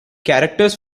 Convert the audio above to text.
characters